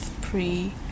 pre